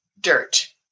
dirt